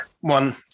one